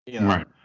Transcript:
Right